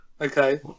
Okay